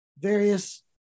various